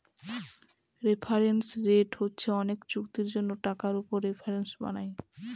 reference rate হচ্ছে অনেক চুক্তির জন্য টাকার উপর রেফারেন্স বানায়